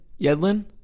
Yedlin